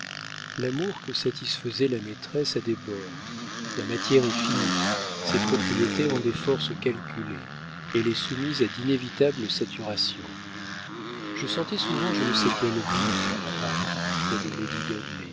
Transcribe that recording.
l'amour que satisfait la maîtresse a des bornes la matière est finie ses propriétés ont des forces calculées elle est soumise à d'inévitables saturations je sentais souvent je ne sais quel vide à paris près de